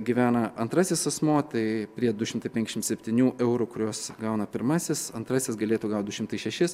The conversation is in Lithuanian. gyvena antrasis asmuo tai prie du šimtai penkiasdešim septynių eurų kuriuos gauna pirmasis antrasis galėtų gaut du šimtai šešis